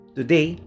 today